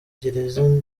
gereza